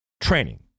training